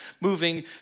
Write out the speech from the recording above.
moving